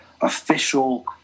official